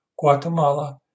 Guatemala